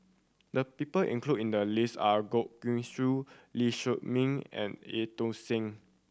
the people included in the list are Goh Guan Siew Lee Meng and Eu Tong Sen